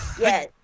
Yes